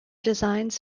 designs